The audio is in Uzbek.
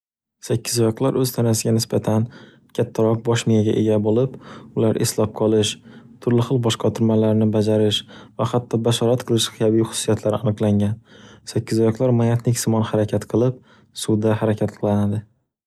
Sakkizoqlar o'z tanasiga nisbatan kattaroq bosh miyaga ega bo'lib, ular eslab qolish, turli xil boshqatirmalarini bajarish va hatto bashorat qilish kabi xususiyatlari aniqlangan. Sakkizoqlar mayatniksimon harakat qilib, suvda harakat qilinadi.